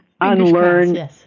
unlearn